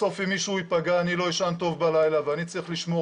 בסוף אם מישהו ייפגע אני לא אשן טוב בלילה ואני צריך לשמור